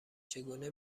چگونه